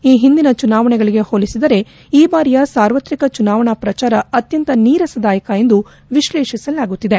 ಈ ಹಿಂದಿನ ಚುನಾವಣೆಗಳಿಗೆ ಹೋಲಿಸಿದರೆ ಈ ಬಾರಿಯ ಸಾರ್ವತ್ರಿಕ ಚುನಾವಣಾ ಪ್ರಚಾರ ಅತ್ಯಂತ ನೀರಸದಾಯಕ ಎಂದು ವಿಶ್ಲೇಷಿಸಲಾಗುತ್ತಿದೆ